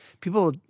people